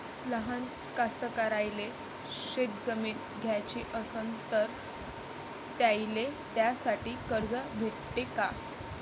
लहान कास्तकाराइले शेतजमीन घ्याची असन तर त्याईले त्यासाठी कर्ज भेटते का?